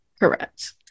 Correct